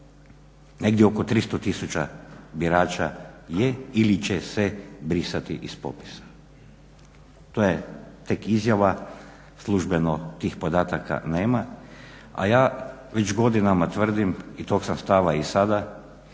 negdje oko 300 tisuća birača je ili će se brisati iz popisa, to je tek izjava, službeno tih podataka nema. A ja već godinama tvrdim i tog sam stava i sada,